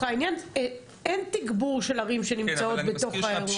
אין תגבור של ערים שנמצאות בתוך האירוע.